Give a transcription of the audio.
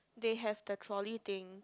they have the trolley thing